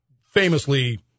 famously